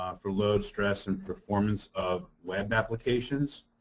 um for load stress and performance of web applications.